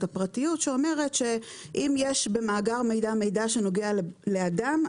הפרטיות שאומרת שאם במאגר מידע יש מידע שנוגע לאדם,